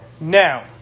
Now